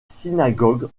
synagogue